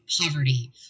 poverty